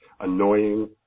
annoying